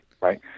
Right